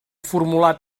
formular